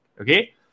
okay